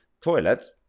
toilets